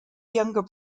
younger